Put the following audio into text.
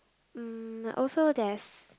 mm also there's